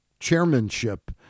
chairmanship